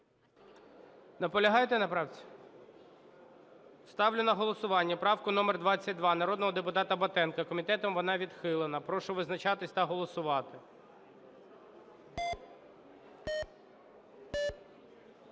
Наполягаєте на правці? Ставлю на голосування правку номер 22 народного депутата Батенка. Комітетом вона відхилена. Прошу визначатись та голосувати.